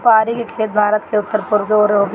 सुपारी के खेती भारत के उत्तर पूरब के ओर होखेला